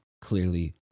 clearly